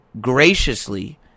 graciously